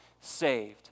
saved